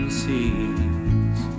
seas